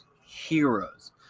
heroes